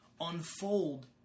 unfold